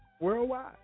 Worldwide